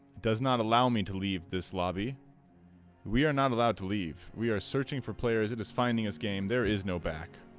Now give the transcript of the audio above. does not allow me to leave this lobby we're not allowed to leave we're searching for players in this finding is game there is no back